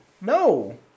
No